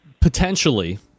Potentially